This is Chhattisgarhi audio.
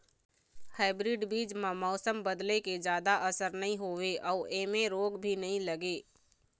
हाइब्रीड बीज म मौसम बदले के जादा असर नई होवे अऊ ऐमें रोग भी नई लगे